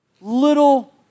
little